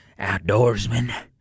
outdoorsman